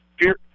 fear